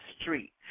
Street